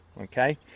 okay